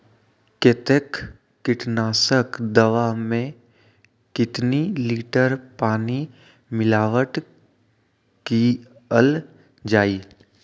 कतेक किटनाशक दवा मे कितनी लिटर पानी मिलावट किअल जाई?